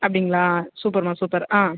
அப்படிங்களா சூப்பர்ம்மா சூப்பர் ஆ